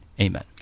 Amen